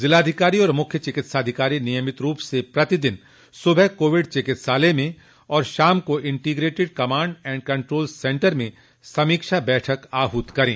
जिलाधिकारी तथा मुख्य चिकित्साधिकारी नियमित रूप से प्रतिदिन सुबह कोविड चिकित्सालय में और शाम integrated command and control centre में समीक्षा बैठक आहूत करे